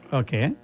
okay